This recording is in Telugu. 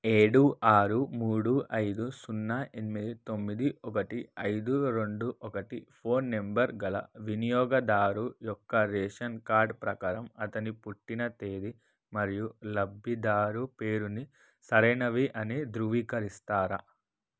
ఏడు ఆరు మూడు ఐదు సున్నా ఎనిమిది తొమ్మిది ఒక్కటి ఐదు రెండు ఒకటి ఫోన్ నంబర్ గల వినియోగదారు యొక్క రేషన్ కార్డ్ ప్రకారం అతని పుట్టిన తేది మరియు లబ్ధిదారు పేరుని సరైనవి అని ధృవీకరిస్తారా